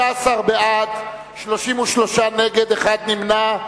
15 בעד, 33 נגד, אחד נמנע.